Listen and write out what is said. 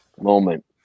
moment